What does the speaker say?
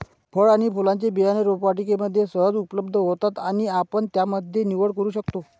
फळ आणि फुलांचे बियाणं रोपवाटिकेमध्ये सहज उपलब्ध होतात आणि आपण त्यामध्ये निवड करू शकतो